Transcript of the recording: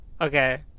Okay